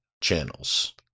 channels